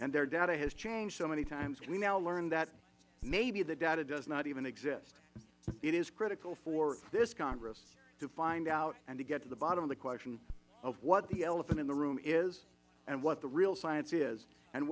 and their data has changed so many times we now learn that maybe the data does not even exist it is critical for this congress to find out and to get to the bottom of the question of what the elephant in the room is and what the real science is and